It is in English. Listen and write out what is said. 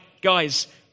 guys